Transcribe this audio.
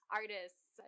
artists